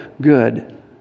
good